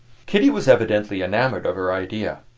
kitty was evidently enamored of her idea.